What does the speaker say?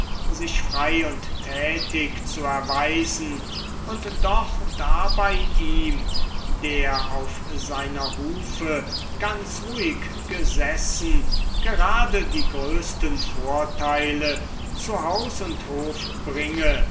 sich frei und tätig zu erweisen und doch dabei ihm der auf seiner hufe ganz ruhig gesessen gerade die größten vorteile zu haus und hof bringe